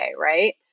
right